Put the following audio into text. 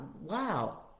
Wow